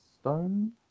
Stone